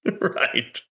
Right